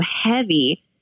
heavy